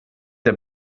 der